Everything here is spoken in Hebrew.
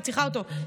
אני צריכה אותו.